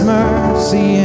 mercy